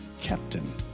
captain